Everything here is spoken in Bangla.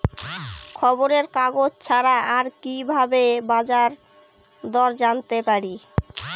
খবরের কাগজ ছাড়া আর কি ভাবে বাজার দর জানতে পারি?